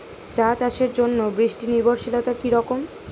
চা চাষের জন্য বৃষ্টি নির্ভরশীলতা কী রকম?